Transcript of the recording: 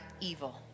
evil